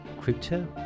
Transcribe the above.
crypto